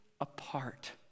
apart